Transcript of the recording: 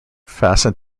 fastened